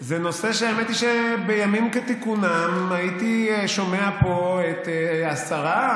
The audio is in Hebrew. זה נושא שהאמת היא שבימים כתיקונם הייתי שומע פה את השרה,